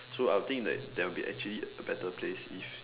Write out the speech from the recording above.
so I'll think that there will be actually a better place if